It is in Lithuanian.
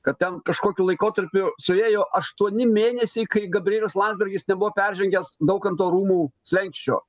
kad ten kažkokiu laikotarpiu suėjo aštuoni mėnesiai kai gabrielius landsbergis nebuvo peržengęs daukanto rūmų slenksčio